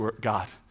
God